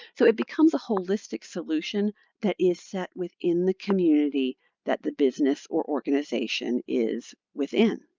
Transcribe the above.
so it becomes a holistic solution that is set within the community that the business or organization is within.